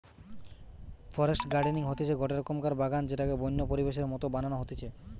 forest gardening হতিছে গটে রকমকার বাগান যেটাকে বন্য পরিবেশের মত বানানো হতিছে